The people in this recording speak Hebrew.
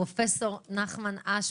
פרופ' נחמן אש,